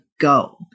go